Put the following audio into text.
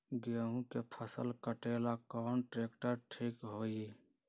गेहूं के फसल कटेला कौन ट्रैक्टर ठीक होई?